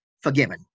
forgiven